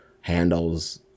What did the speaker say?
handles